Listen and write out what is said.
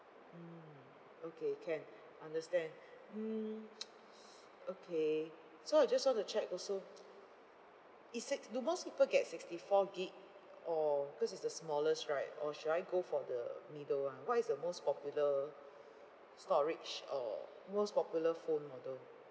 mm okay can understand mm okay so I just want to check also is six do most people get sixty four gig or because it's the smallest right or should I go for the middle one what is the most popular storage or most popular phone model